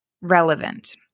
Relevant